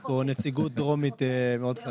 יש פה נציגות דרומית מאוד חזקה.